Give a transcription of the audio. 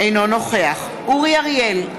אינו נוכח אורי אריאל,